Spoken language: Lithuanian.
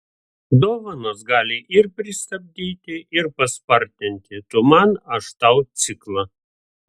dovanos gali ir pristabdyti ir paspartinti tu man aš tau ciklą